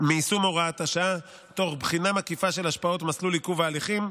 מיישום הוראת השעה תוך בחינה מקיפה של השפעות מסלול עיכוב ההליכים,